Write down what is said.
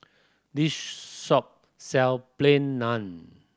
this shop sells Plain Naan